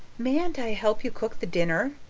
mayn't i help you cook the dinner?